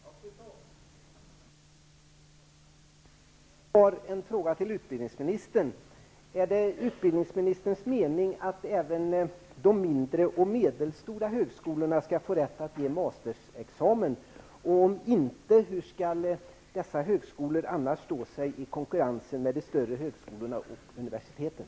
Fru talman! Jag har en fråga till utbildningsministern. Är det utbildningsministerns mening att även de mindre och medelstora högskolorna skall få rätt att meddela undervisning för mastersexamen? Om inte, hur skall dessa högskolor stå sig i konkurrensen med de större högskolorna och universiteten?